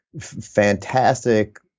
fantastic